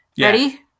Ready